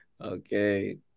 Okay